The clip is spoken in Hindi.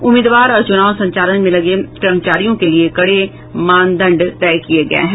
उम्मीदवार और चुनाव संचालन में लगे कर्मचारियों के लिए कड़े मानदंड तय किये गये हैं